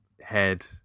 head